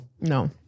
No